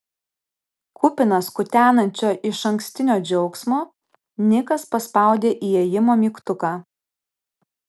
kupinas kutenančio išankstinio džiaugsmo nikas paspaudė įėjimo mygtuką